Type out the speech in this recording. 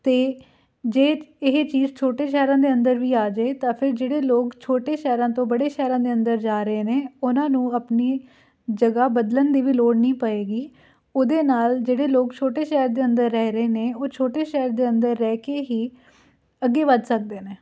ਅਤੇ ਜੇ ਇਹ ਚੀਜ਼ ਛੋਟੇ ਸ਼ਹਿਰਾਂ ਦੇ ਅੰਦਰ ਵੀ ਆ ਜਾਵੇ ਤਾਂ ਫਿਰ ਜਿਹੜੇ ਲੋਕ ਛੋਟੇ ਸ਼ਹਿਰਾਂ ਤੋਂ ਬੜੇ ਸ਼ਹਿਰਾਂ ਦੇ ਅੰਦਰ ਜਾ ਰਹੇ ਨੇ ਉਹਨਾਂ ਨੂੰ ਆਪਣੀ ਜਗ੍ਹਾ ਬਦਲਣ ਦੀ ਵੀ ਲੋੜ ਨਹੀ ਪਏਗੀ ਉਹਦੇ ਨਾਲ ਜਿਹੜੇ ਲੋਕ ਛੋਟੇ ਸ਼ਹਿਰ ਦੇ ਅੰਦਰ ਰਹਿ ਰਹੇ ਨੇ ਉਹ ਛੋਟੇ ਸ਼ਹਿਰ ਦੇ ਅੰਦਰ ਰਹਿ ਕੇ ਹੀ ਅੱਗੇ ਵੱਧ ਸਕਦੇ ਨੇ